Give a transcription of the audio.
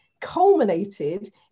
culminated